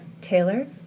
Taylor